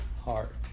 heart